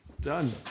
Done